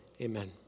amen